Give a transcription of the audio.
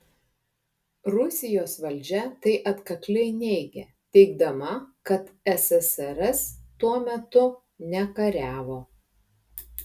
rusijos valdžia tai atkakliai neigia teigdama kad ssrs tuo metu nekariavo